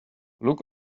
look